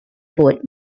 foods